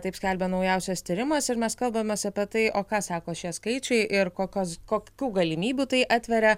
taip skelbia naujausias tyrimas ir mes kalbamės apie tai o ką sako šie skaičiai ir kokios kokių galimybių tai atveria